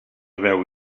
veu